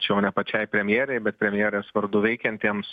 čia jau ne pačiai premjerei bet premjerės vardu veikiantiems